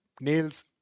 nails